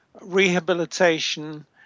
rehabilitation